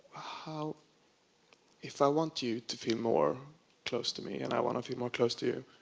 ah if i want you to feel more close to me and i wanna feel more close to you,